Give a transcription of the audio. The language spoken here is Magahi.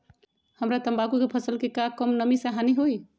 हमरा तंबाकू के फसल के का कम नमी से हानि होई?